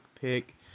pick